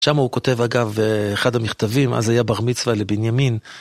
שם הוא כותב אגב, אחד המכתבים, אז היה בר מצווה לבנימין.